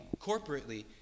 corporately